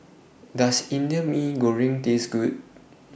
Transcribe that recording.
Does Indian Mee Goreng Taste Good